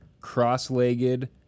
cross-legged